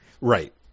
right